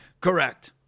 correct